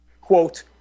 Quote